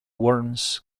worms